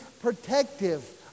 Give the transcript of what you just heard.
protective